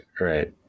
right